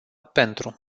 pentru